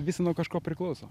visi nuo kažko priklauso